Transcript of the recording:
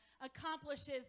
accomplishes